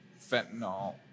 fentanyl